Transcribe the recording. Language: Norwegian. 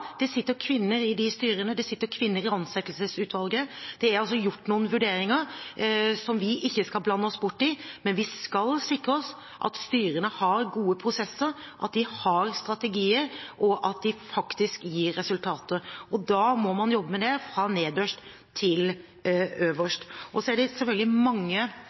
det sitter kvinner i de styrene, det sitter kvinner i ansettelsesutvalgene. Det er altså gjort noen vurderinger som vi ikke skal blande oss borti, men vi skal sikre oss at styrene har gode prosesser, at de har strategier, og at de faktisk gir resultater. Da må man jobbe med det fra nederst til øverst. Det er selvfølgelig mange